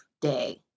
day